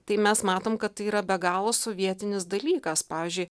tai mes matome kad tai yra be galo sovietinis dalykas pavyzdžiui